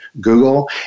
Google